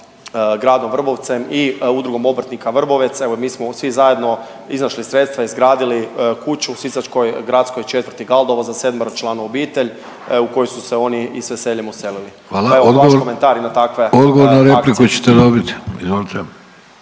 Odgovor na repliku ćete dobit. Izvolite.